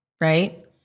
right